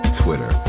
twitter